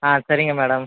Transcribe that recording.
ஆ சரிங்க மேடம்